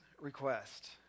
request